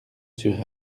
sur